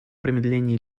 промедлений